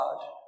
God